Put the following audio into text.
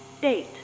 date